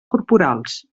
corporals